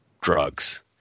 Drugs